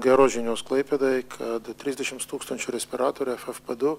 geros žinios klaipėdai kad trisdešims tūkstančių respiratorių ffp du